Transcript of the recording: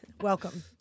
Welcome